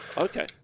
Okay